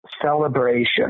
Celebration